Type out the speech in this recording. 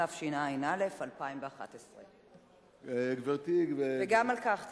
התשע"א 2011. גם על כך,